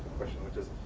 question which is i